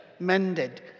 mended